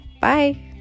bye